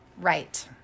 Right